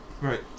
Right